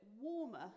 warmer